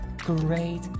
great